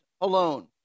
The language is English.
alone